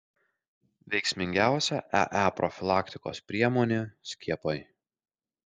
veiksmingiausia ee profilaktikos priemonė skiepai